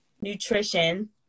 nutrition